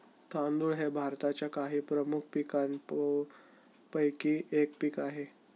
तांदूळ हे भारताच्या काही प्रमुख पीकांपैकी एक पीक आहे